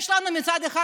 מצד אחד,